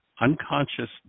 unconscious